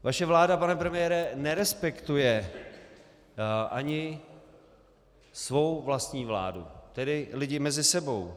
Vaše vláda, pane premiére, nerespektuje ani svou vlastní vládu, tedy lidi mezi sebou.